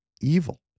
evil